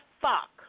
fuck